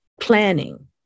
planning